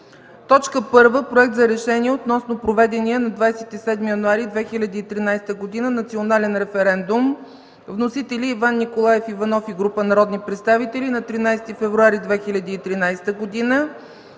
съвет: „1. Проект за решение относно проведения на 27 януари 2013 г. национален референдум, внесен от Иван Николаев Иванов и група народни представители на 13 февруари 2013 г.,